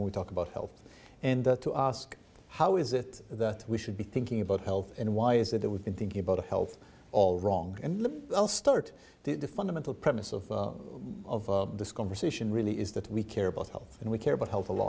when we talk about health and to ask how is it that we should be thinking about health and why is it that would be thinking about health all wrong and i'll start to the fundamental premise of of this conversation really is that we care about health and we care about health